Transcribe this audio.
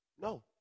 no